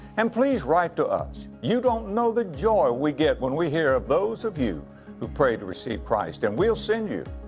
and please write to us. you don't know the joy we get we hear of those of you who've prayed to receive christ. and we'll send you,